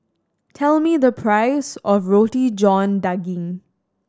tell me the price of Roti John Daging